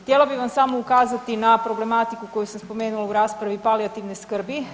Htjela bih vam samo ukazati na problematiku koju sam spomenula u raspravi, palijativne skrbi.